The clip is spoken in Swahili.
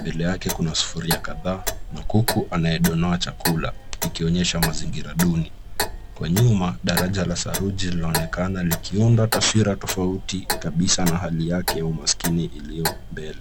Mbele yake kuna sufuria kadhaa na kuku anayedonoa chakula ikionyesha mazingira duni. Kwa nyuma daraja la saruji linaonekana likiundwa taswira tofauti kabisa na hali yake ya umaskini iliyopo mbele.